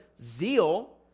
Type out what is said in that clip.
zeal